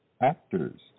Actors